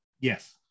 Yes